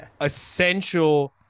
essential